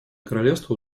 королевство